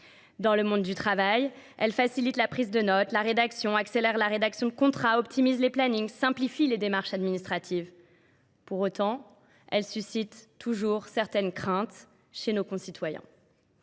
Dans le monde du travail, elle facilite la prise de notes, la rédaction, accélère la rédaction de contrats, optimise les plannings, simplifie les démarches administratives. Pour autant, elle suscite toujours certaines craintes chez nos concitoyens.